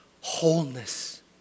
Wholeness